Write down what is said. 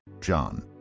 John